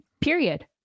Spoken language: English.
period